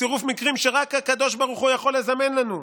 בצירוף מקרים שרק הקדוש ברוך הוא יכול לזמן לנו,